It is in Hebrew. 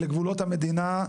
אלה גבולות המדינה,